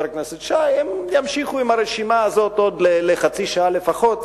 הכנסת שי הם ימשיכו עם הרשימה הזאת עוד חצי שעה לפחות,